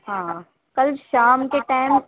ہاں کل شام کے ٹائم